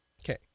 Okay